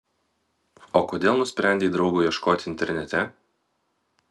o kodėl nusprendei draugo ieškoti internete